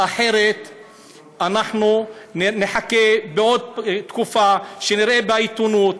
אחרת אנחנו נחכה לעוד תקופה שנראה בעיתונות,